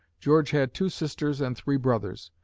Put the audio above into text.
george had two sisters and three brothers.